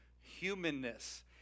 humanness